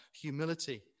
humility